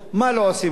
מה לא עושים לו.